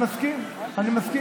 אני מסכים, אני מסכים,